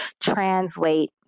translate